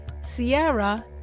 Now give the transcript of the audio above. Sierra